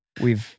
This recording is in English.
We've-